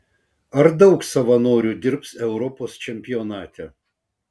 ar daug savanorių dirbs europos čempionate